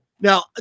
Now